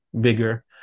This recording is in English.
bigger